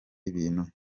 ibintu